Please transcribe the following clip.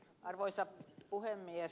arvoisa puhemies